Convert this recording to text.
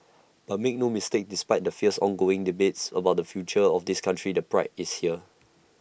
but make no mistake despite the fierce ongoing debate about the future of this country the pride is there